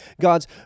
God's